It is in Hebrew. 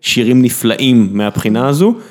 שירים נפלאים מהבחינה הזו,